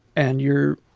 and you're